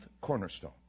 cornerstone